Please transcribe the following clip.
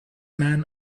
man